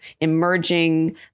emerging